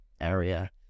area